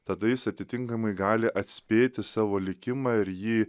tada jis atitinkamai gali atspėti savo likimą ir jį